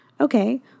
Okay